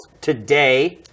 today